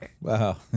Wow